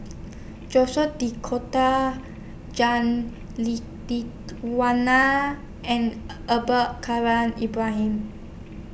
Jacques De Coutre Jah and Abdul Kadir Ibrahim